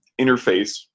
interface